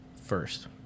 first